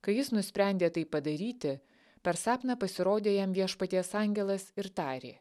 kai jis nusprendė tai padaryti per sapną pasirodė jam viešpaties angelas ir tarė